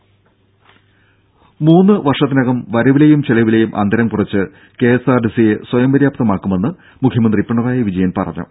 ടെട്ട മൂന്ന് വർഷത്തിനകം വരവിലെയും ചെലവിലെയും അന്തരം കുറച്ച് കെ എസ് ആർ ടി സിയെ സ്വയം പര്യാപ്തമാക്കുമെന്ന് മുഖ്യമന്ത്രി പിണറായി വിജയൻ പറഞ്ഞു